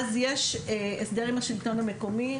אז יש הסדר עם השלטון המקומי,